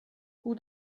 who